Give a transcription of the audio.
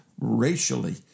racially